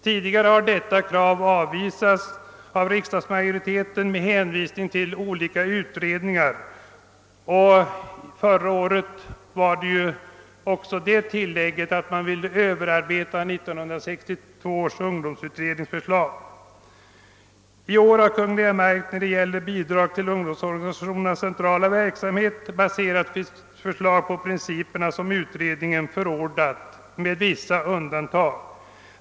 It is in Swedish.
Tidigare har detta krav avvisats av riksdagsmajoriteten med hänvisning till olika utredningar, och förra året ville man också överarbeta förslaget från 1962 års ungdomsutredning. I år har Kungl. Maj:t i fråga om bidrag till ungdomsorganisationernas centrala verksamhet med vissa undantag baserat sitt förslag på de av utred ningen förordade principerna.